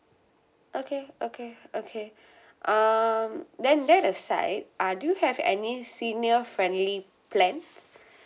okay okay okay um then that side uh do you have any senior friendly plans